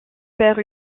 perd